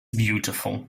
beautiful